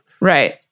Right